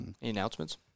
announcements